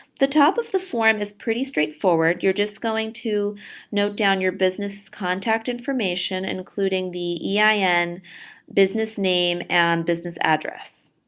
the top of the form is pretty straightforward. you're just going to note down your business contact information, including the yeah ah ein, business name, and business address.